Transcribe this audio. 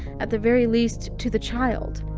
at the very least, to the child.